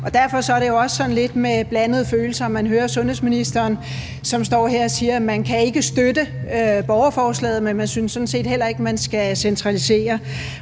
Derfor er det også med lidt blandede følelser, at vi hører sundhedsministeren stå her og sige, at man ikke kan støtte borgerforslaget, men at man sådan set heller ikke synes, at der skal centraliseres.